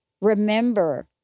remember